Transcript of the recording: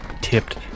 tipped